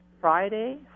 Friday